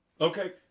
Okay